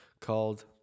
called